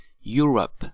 Europe